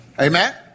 Amen